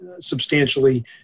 substantially